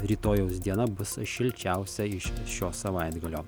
rytojaus diena bus šilčiausia iš šio savaitgalio